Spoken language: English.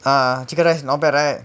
ah chicken rice not bad right